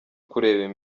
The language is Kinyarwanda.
kureba